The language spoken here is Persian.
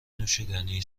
نوشیدنی